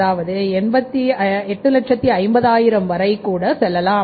அதாவது 850000 வரை கூட செல்லலாம்